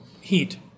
heat